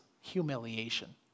humiliation